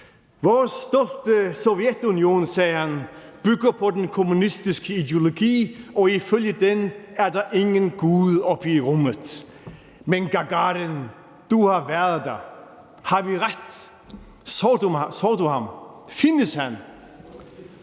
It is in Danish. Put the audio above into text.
Vores stolte Sovjetunion bygger på den kommunistiske ideologi, og ifølge den er der ingen Gud oppe i rummet, men du har været der, Gagarin, så sig mig, om vi har